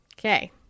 Okay